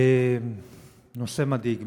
נושא מדאיג.